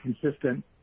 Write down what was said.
consistent